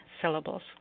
syllables